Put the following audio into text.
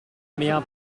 mehr